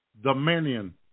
Dominion